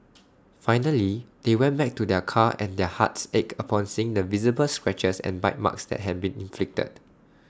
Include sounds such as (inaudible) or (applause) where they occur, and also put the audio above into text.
(noise) finally they went back to their car and their hearts ached upon seeing the visible scratches and bite marks that had been inflicted